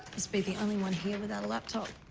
must be the only one here without laptop.